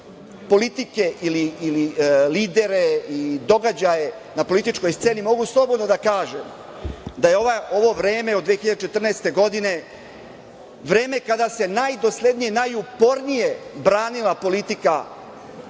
politike ili lidere i događaje na političkoj sceni, mogu slobodno da kažem da je ovo vreme od 2014. godine vreme kada se najdoslednije, najupornije branila politika